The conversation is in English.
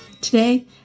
Today